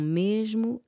mesmo